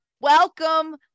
welcome